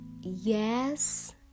yes